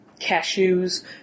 Cashews